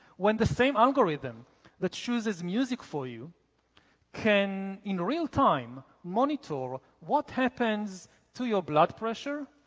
when the same algorithm that chooses music for you can, in real time, monitor ah what happens to your blood pressure,